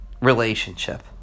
relationship